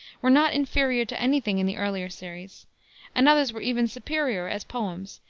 were not inferior to any thing in the earlier series and others were even superior as poems,